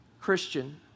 Christian